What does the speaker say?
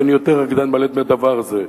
ואני יותר רקדן בלט מהדבר הזה.